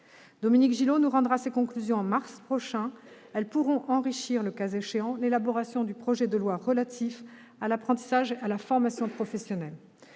Dominique Gillot nous rendra en mars prochain ses conclusions. Elles pourront enrichir, le cas échéant, l'élaboration du projet de loi relatif à l'apprentissage et à la formation professionnelle.